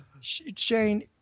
Shane